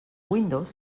windows